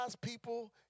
people